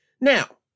Now